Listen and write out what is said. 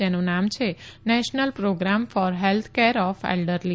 જેનું નામ છે national program for health care of elderly